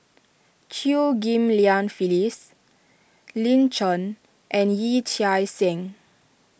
Chew Ghim Lian Phyllis Lin Chen and Yee Chia Hsing